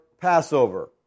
Passover